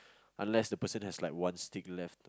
unless the person has like one stick left